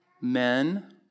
Men